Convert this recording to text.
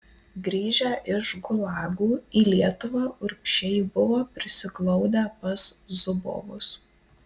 grįžę iš gulagų į lietuvą urbšiai buvo prisiglaudę pas zubovus